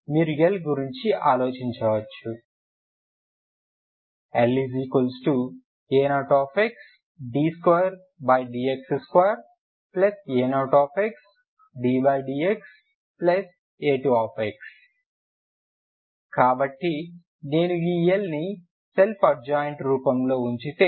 కాబట్టి మీరు L గురించి ఆలోచించవచ్చు La0xd2dx2a0xddxa2x కాబట్టి నేను ఈ L ని ఈ సెల్ఫ్ అడ్జాయింట్ రూపంలో ఉంచితే